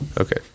Okay